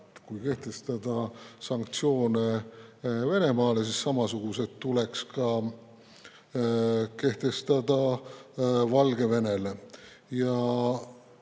kui kehtestada sanktsioone Venemaale, siis samasugused tuleks kehtestada Valgevenele. Ja